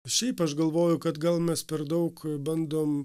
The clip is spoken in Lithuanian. šiaip aš galvoju kad gal mes per daug bandom